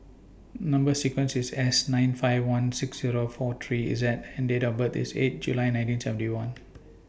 Number sequence IS S nine five one six Zero four three Z and Date of birth IS eight July nineteen seventy one